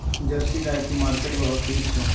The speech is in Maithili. जर्सी गाय की मार्केट भाव की छै?